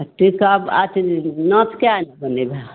आ टीका अथी नथ कए आना बनेबहो